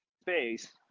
space